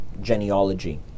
genealogy